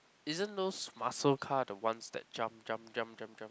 isn't those muscle car the ones that jump jump jump jump jump